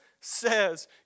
says